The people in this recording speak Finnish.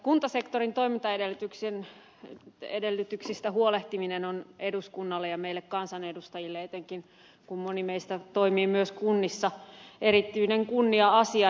kuntasektorin toimintaedellytyksistä huolehtiminen on eduskunnalle ja meille kansanedustajille etenkin kun moni meistä toimii myös kunnissa erityinen kunnia asia